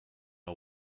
are